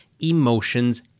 emotions